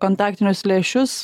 kontaktinius lęšius